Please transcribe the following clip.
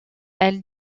elle